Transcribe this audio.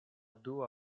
dua